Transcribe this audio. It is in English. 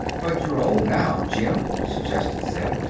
but you're old, now, jim, suggested zeb.